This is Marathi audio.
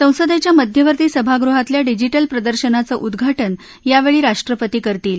संसदेच्या मध्यवर्ती सभागृहातल्या डिजि क्ल प्रदर्शनाचं उद्वा जे यावेळी राष्ट्रपती करतील